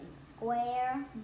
square